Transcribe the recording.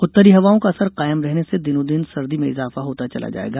उत्तरी हवाओं का असर कायम रहने से दिनो दिन सर्दी में इजाफा होता चला जायेगा